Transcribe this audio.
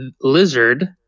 lizard